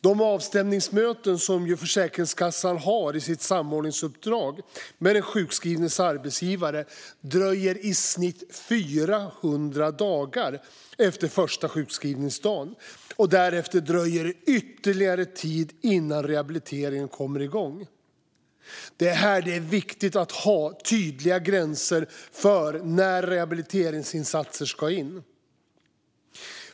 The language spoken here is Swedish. De avstämningsmöten som Försäkringskassan har i sitt samordningsuppdrag med den sjukskrivnes arbetsgivare dröjer i snitt 400 dagar efter den första sjukskrivningsdagen. Därefter dröjer det ytterligare tid innan rehabiliteringen kommer igång. Här är det viktigt att ha tydliga gränser för när rehabiliteringsinsatser ska sättas in.